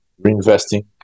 reinvesting